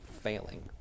failing